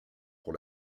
pour